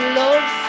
love